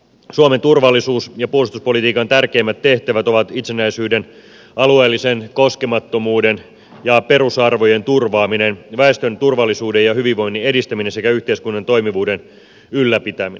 suomen turvallisuus ja puolustuspolitiikan tärkeimmät tehtävät ovat itsenäisyyden alueellisen koskemattomuuden ja perusarvojen turvaaminen väestön turvallisuuden ja hyvinvoinnin edistäminen sekä yhteiskunnan toimivuuden ylläpitäminen